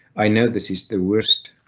i know this is the worst,